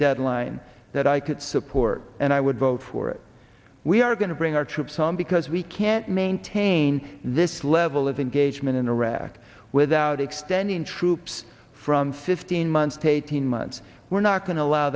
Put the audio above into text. deadline that i could support and i would vote for it we are going to bring our troops home because we can't maintain this level of engagement in iraq without extending troops from fifteen months to eighteen months we're not going to allow